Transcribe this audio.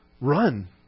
run